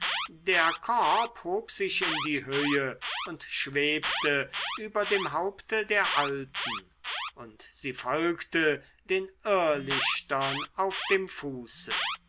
der korb hob sich in die höhe und schwebte über dem haupte der alten und sie folgte den irrlichtern auf dem fuße